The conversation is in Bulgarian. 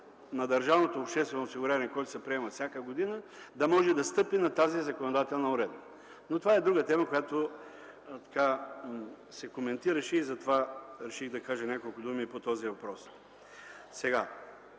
на държавното обществено осигуряване, който се приема всяка година, да може да стъпи на тази законодателна уредба, но това е друга тема, която се коментираше и затова реших да кажа няколко думи и по този въпрос. Какво